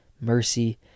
mercy